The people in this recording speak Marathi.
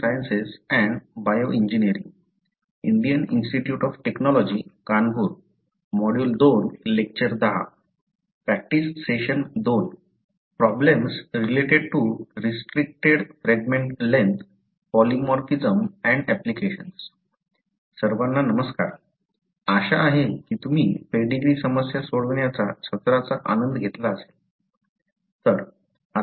सर्वांना नमस्कार आशा आहे की तुम्ही पेडीग्री समस्या सोडवण्याच्या सत्राचा आनंद घेतला असेल